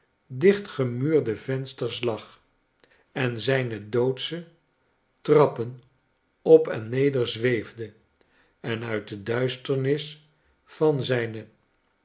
dicht gemuurde vensters lag en zijne doodsche trappen op en neder zweefde en uit de duisternis van zijne